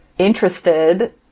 interested